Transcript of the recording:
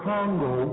Congo